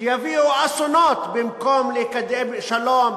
שיביאו אסונות במקום לקדם שלום,